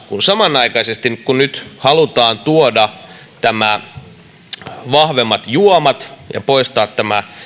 samanaikaisesti nyt halutaan tuoda nämä vahvemmat juomat ja poistaa tämä